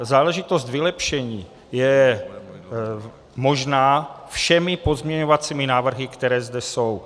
Záležitost vylepšení je možná všemi pozměňovacími návrhy, které zde jsou.